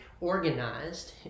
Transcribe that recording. organized